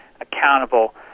accountable